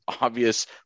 obvious